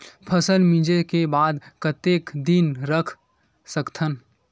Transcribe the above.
फसल मिंजे के बाद कतेक दिन रख सकथन?